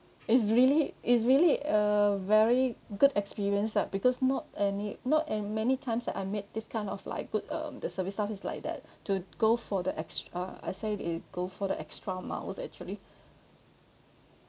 it's really it's really a very good experience lah because not any not and many times I met this kind of like good um the service staff is like that to go for the extra I said they go for the extra miles actually